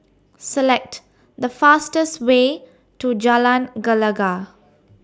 Select The fastest Way to Jalan Gelegar